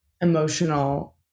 emotional